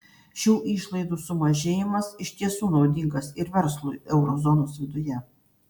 šių išlaidų sumažėjimas iš tiesų naudingas ir verslui euro zonos viduje